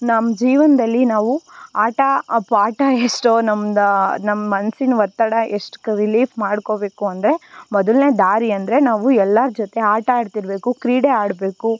ನಮ್ಮ ಜೀವನದಲ್ಲಿ ನಾವು ಆಟಾ ಅಬ್ ಆಟ ಎಷ್ಟೋ ನಮ್ದು ಆ ನಮ್ಮ ಮನ್ಸಿನ ಒತ್ತಡ ಎಷ್ಟು ರಿಲೀಫ್ ಮಾಡಿಕೋಬೇಕು ಅಂದರೆ ಮೊದಲನೇ ದಾರಿ ಅಂದರೆ ನಾವು ಎಲ್ಲರ ಜೊತೆ ಆಟ ಆಡ್ತಿರಬೇಕು ಕ್ರೀಡೆ ಆಡಬೇಕು